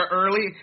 early